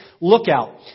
lookout